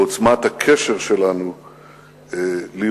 בעוצמת הקשר שלנו לירושלים,